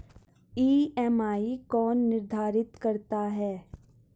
EMI कौन निर्धारित करता है?